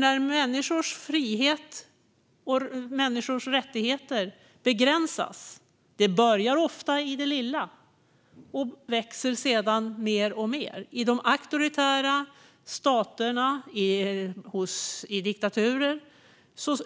När människors frihet och människors rättigheter begränsas börjar det ofta i det lilla. Sedan växer det mer och mer. I de auktoritära staterna och i diktaturer